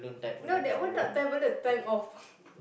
no they wanted tablets turn off